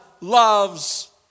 loves